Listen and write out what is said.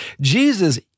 Jesus